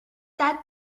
that